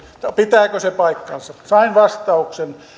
pitääkö se paikkansa sain vastauksen